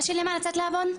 יש למה לצאת לעבוד?